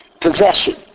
possession